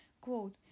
Quote